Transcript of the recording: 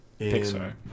Pixar